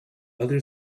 other